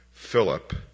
Philip